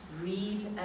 read